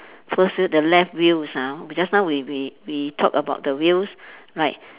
first wheel the left wheels ah just now we we we talk about the wheels like